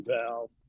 valve